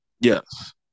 Yes